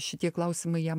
šitie klausimai jam